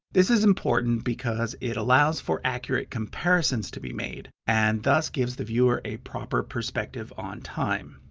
this is important because it allows for accurate comparisons to be made and thus gives the viewer a proper perspective on time.